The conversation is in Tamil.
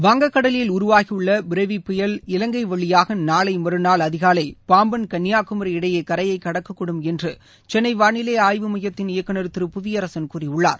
வங்கக்கடலில் உருவாகியுள்ள புரெவி புயல் இலங்கை வழியாக நாளை மறுநாள் அதிகாலை பாம்பன் கள்ளியாகுமரி இடையே கரையை கடக்கக்கூடும் என்று சென்னை வாளிலை ஆய்வு ஸ்மயத்தின் இயக்குனர் திரு புவியரசன் கூறியுள்ளார்